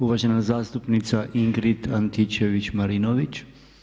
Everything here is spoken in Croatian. Uvažena zastupnica Ingrid Antičević Marinović.